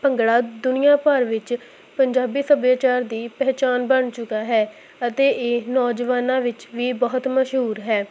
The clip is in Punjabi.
ਭੰਗੜਾ ਦੁਨੀਆਂ ਭਰ ਵਿੱਚ ਪੰਜਾਬੀ ਸੱਭਿਆਚਾਰ ਦੀ ਪਹਿਚਾਣ ਬਣ ਚੁੱਕਾ ਹੈ ਅਤੇ ਇਹ ਨੌਜਵਾਨਾਂ ਵਿੱਚ ਵੀ ਬਹੁਤ ਮਸ਼ਹੂਰ ਹੈ